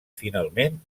finalment